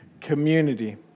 community